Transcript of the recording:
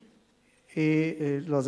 לא,